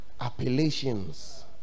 appellations